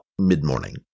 mid-morning